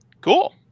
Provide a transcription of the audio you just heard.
cool